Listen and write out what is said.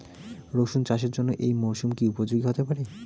রসুন চাষের জন্য এই মরসুম কি উপযোগী হতে পারে?